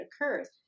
occurs